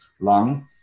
lung